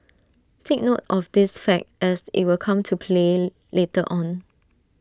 take note of this fact as IT will come to play later on